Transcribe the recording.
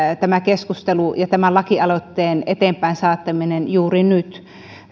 tämä keskustelu ja tämän lakialoitteen eteenpäin saattaminen juuri nyt